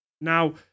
Now